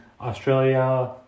Australia